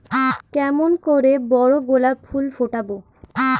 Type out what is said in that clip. কেমন করে বড় গোলাপ ফুল ফোটাব?